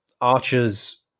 archers